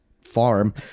farm